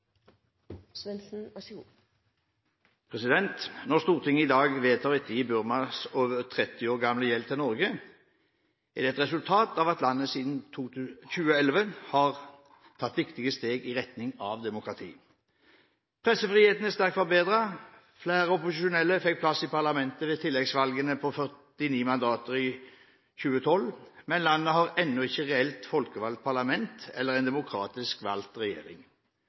Når Stortinget i dag vedtar å ettergi Burmas over 30 år gamle gjeld til Norge, er det et resultat av at landet siden 2011 har tatt viktige steg i retning av demokrati. Pressefriheten er sterkt forbedret. Flere opposisjonelle fikk plass i parlamentet ved tilleggsvalgene på 49 mandater i 2012, men landet har ennå ikke et reelt folkevalgt parlament eller en demokratisk valgt regjering.